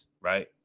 right